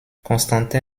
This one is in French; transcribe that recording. constantin